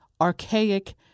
archaic